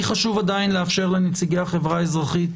לי חשוב לאפשר לנציגי החברה האזרחית